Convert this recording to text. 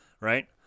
right